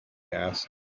asked